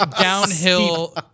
downhill